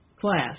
class